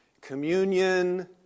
Communion